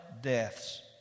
deaths